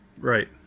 Right